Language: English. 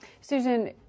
Susan